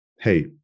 hey